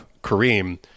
Kareem